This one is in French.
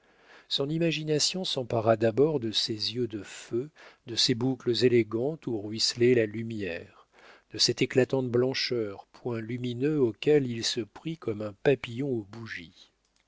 son imagination s'empara d'abord de ces yeux de feu de ces boucles élégantes où ruisselait la lumière de cette éclatante blancheur points lumineux auxquels il se prit comme un papillon aux bougies